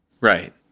right